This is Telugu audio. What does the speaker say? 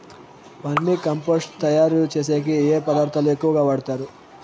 వర్మి కంపోస్టు తయారుచేసేకి ఏ పదార్థాలు ఎక్కువగా వాడుతారు